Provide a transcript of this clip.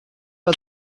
was